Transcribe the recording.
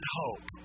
hope